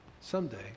someday